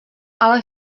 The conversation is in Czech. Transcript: ale